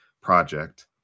project